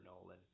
Nolan